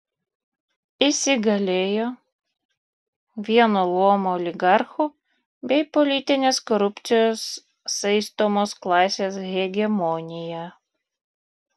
įsigalėjo vieno luomo oligarchų bei politinės korupcijos saistomos klasės hegemonija